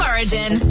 Origin